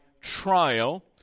trial